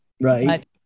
Right